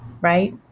right